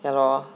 ya lor